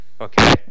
Okay